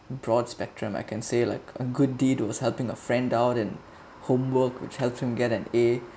broad spectrum I can say like a good deed was helping a friend down and homework which helped him get an a